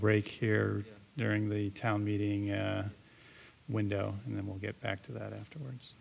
break here during the town meeting window and then we'll get back to that afterwards